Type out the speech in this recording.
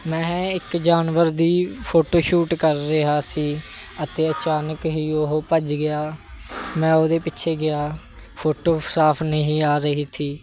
ਮੈਂ ਇੱਕ ਜਾਨਵਰ ਦੀ ਫੋਟੋ ਸ਼ੂਟ ਕਰ ਰਿਹਾ ਸੀ ਅਤੇ ਅਚਾਨਕ ਹੀ ਉਹ ਭੱਜ ਗਿਆ ਮੈਂ ਉਹਦੇ ਪਿੱਛੇ ਗਿਆ ਫੋਟੋ ਸਾਫ ਨਹੀ ਆ ਰਹੀ ਸੀ